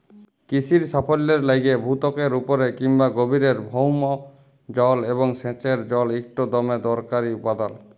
কিসির সাফল্যের লাইগে ভূত্বকের উপরে কিংবা গভীরের ভওম জল এবং সেঁচের জল ইকট দমে দরকারি উপাদাল